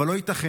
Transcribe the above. אבל לא ייתכן